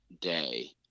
day